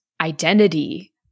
identity